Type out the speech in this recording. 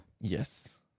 Yes